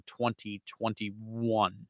2021